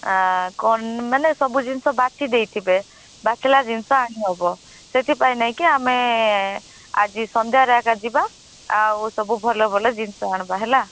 କ'ଣ ମାନେ ସବୁଜିନିଷ ବାଛି ଦେଇଥିବେ ବାଛିଲା ଜିନିଷ ଆଣିହେବ ସେଥିପାଇଁ ନେଇକି ଆମେ ଆଜି ସନ୍ଧ୍ୟାରେ ଏକା ଯିବା ଆଉ ସବୁ ଭଲଭଲ ଜିନିଷ ଆଣିବା ହେଲା